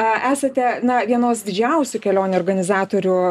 esate na vienos didžiausių kelionių organizatorių